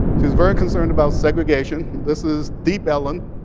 she was very concerned about segregation. this is deep elum,